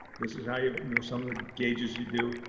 this is how you will, some of the gauges, you do.